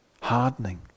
hardening